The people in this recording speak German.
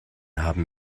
haben